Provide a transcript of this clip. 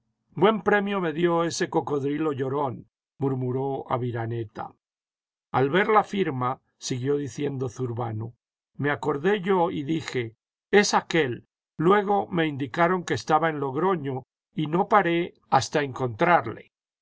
buen premio me dio ese cocodrilo llorón murmuró aviraneta al ver la firma siguió diciendo zurbano me íicordé yo y dije es aqucu luego me indicaron que estaba en logroño y no pare hasta encoatrarle